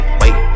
wait